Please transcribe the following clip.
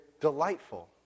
delightful